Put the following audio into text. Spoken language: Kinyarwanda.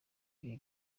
ibi